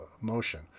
motion